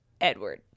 Edward